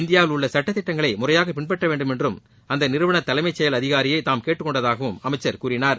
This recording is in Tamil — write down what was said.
இந்தியாவில் உள்ள சட்ட திட்டங்களை முறையாக பின்பற்றவேண்டும் என்று அந்நிறுவன தலைமைச்செயல் அதிகாரியை தாம் கேட்டுக்கொண்டதாக அமைச்சர் கூறினார்